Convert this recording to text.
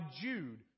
Jude